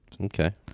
Okay